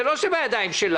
זה לא בידיים שלנו.